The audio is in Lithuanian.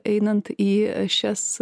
einant į šias